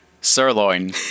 Sirloin